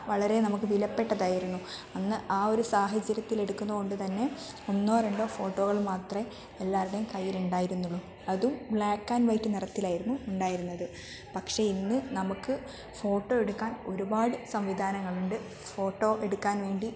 വളരെ നമുക്ക് വിലപ്പെട്ടതായിരുന്നു അന്ന് ആ ഒരു സാഹചര്യത്തിൽ എടുക്കുന്നതുകൊണ്ട് തന്നെ ഒന്നോ രണ്ടോ ഫോട്ടോകൾ മാത്രമേ എല്ലാവരുടെയും കയ്യിലുണ്ടായിരുന്നുള്ളൂ അതും ബ്ലാക്ക് ആൻറ് വൈറ്റ് നിറത്തിലായിരുന്നു ഉണ്ടായിരുന്നത് പക്ഷേ ഇന്ന് നമുക്ക് ഫോട്ടോ എടുക്കാൻ ഒരുപാട് സംവിധാനങ്ങൾ ഉണ്ട് ഫോട്ടോ എടുക്കാൻ വേണ്ടി